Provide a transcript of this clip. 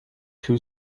two